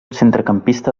centrecampista